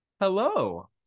Hello